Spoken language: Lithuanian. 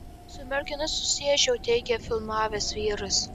su mergina susiėdžiau teigia filmavęs vyras